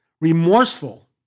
remorseful